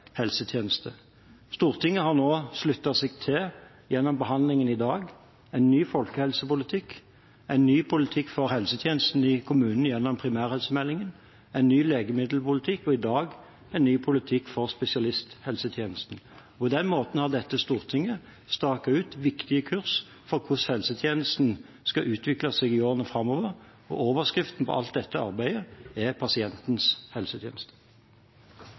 Stortinget har nå gjennom behandlingen i dag sluttet seg til en ny folkehelsepolitikk, en ny politikk for helsetjenesten i kommunen gjennom primærhelsemeldingen, en ny legemiddelpolitikk og en ny politikk for spesialisthelsetjenesten. På den måten har dette stortinget staket ut en viktig kurs for hvordan helsetjenesten skal utvikle seg i årene framover, og overskriften på alt dette arbeidet er: pasientens helsetjeneste.